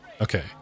Okay